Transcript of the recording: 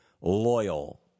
loyal